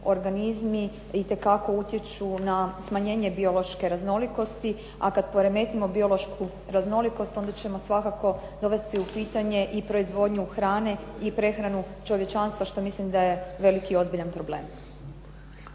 itekako utječu na smanjenje biološke raznolikosti a kad poremetimo biološku raznolikost onda ćemo svakako dovesti u pitanje i proizvodnju hrane i prehranu čovječanstva što mislim da je veliki i ozbiljan problem.